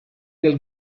del